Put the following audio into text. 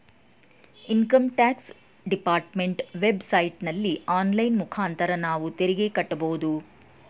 income tax department web ಸೈಟಲ್ಲಿ online ಮುಖಾಂತರ ನಾವು ತೆರಿಗೆ ಕಟ್ಟಬೋದು